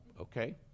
Okay